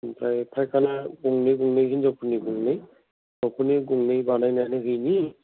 ओमफ्राय फाइखाना गंनै गंनै हिन्जावफोरनि गंनै हौवाफोरनि गंनै बानायनानै हैनोसै